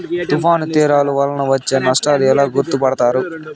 తుఫాను తీరాలు వలన వచ్చే నష్టాలను ఎలా గుర్తుపడతారు?